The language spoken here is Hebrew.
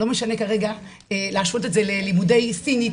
לא משנה כרגע להשוות את זה ללימודי סינית